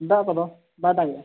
ᱫᱟᱢ ᱠᱚᱫᱚ ᱵᱟᱭ ᱫᱟᱜᱮᱜᱼᱟ